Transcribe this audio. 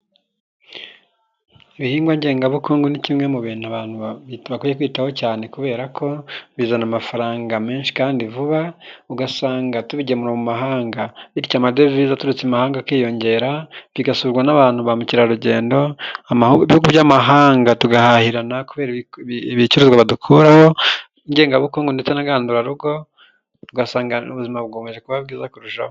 aibihingwa ngengabukungu ni kimwe mu bintu abantu bakwiye kwitaho cyane kubera ko bizana amafaranga menshi kandi vuba, ugasanga tubigemura mu mahanga bityo amadevize aturutse i mahanga akiyongera, bigasurwa na ba mukerarugendo, Ibihugu by'amahanga tugahahirana kubera ibicuruzwa badukuraho, ingengabukungu ndetse na gandurarugo ugasanga ubuzima bukomeje kuba bwiza kurushaho.